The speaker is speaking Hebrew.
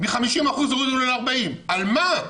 מ-50% הורידו לו ל-40%, על מה?